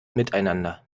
miteinander